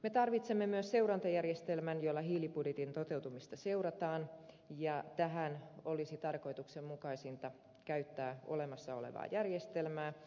me tarvitsemme myös seurantajärjestelmän jolla hiilibudjetin toteutumista seurataan ja tähän olisi tarkoituksenmukaisinta käyttää olemassa olevaa järjestelmää